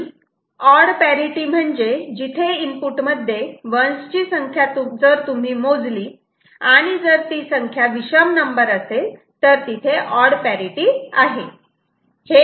आणि odd parity म्हणजे जिथे इनपुट मध्ये 1's ची संख्या जर तुम्ही मोजली आणि जर ती संख्या विषम नंबर असेल तर तिथे ऑड पॅरिटि आहे